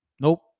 Nope